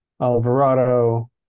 Alvarado